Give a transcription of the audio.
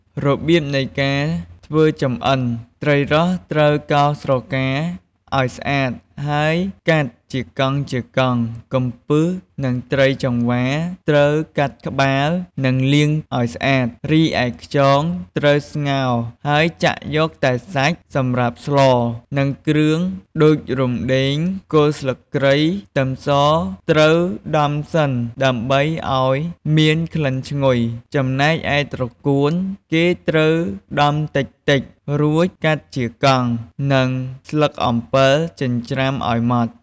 របៀបនៃការធ្វើចម្អិន ត្រីរ៉ស់ត្រូវកោសស្រកាឱ្យស្អាតហើយកាត់ជាកង់ៗ កំពឹសនិងត្រីចង្វាត្រូវកាត់ក្បាលនិងលាងឱ្យស្អាត រីឯខ្យងត្រូវស្ងោរហើយចាក់យកតែសាច់សម្រាប់ស្ល និងគ្រឿងដូចរំដេង គល់ស្លឹកគ្រៃ ខ្ទឹមសត្រូវដំសិន ដើម្បីឱ្យមានក្លិនឈ្ងុយ ចំណែកឯត្រកួនគេត្រូវដំតិចៗរួចកាត់ជាកង់ និងស្លឹកអំពិលចិញ្រ្ចាំឱ្យម៉ដ្ឋ។